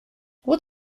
what